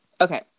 Okay